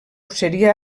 seria